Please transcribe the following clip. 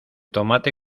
tomate